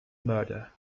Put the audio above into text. murder